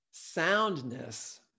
Soundness